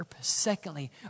Secondly